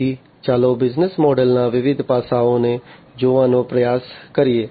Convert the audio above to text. તેથી ચાલો બિઝનેસ મોડલના વિવિધ પાસાઓને જોવાનો પ્રયાસ કરીએ